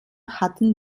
hatten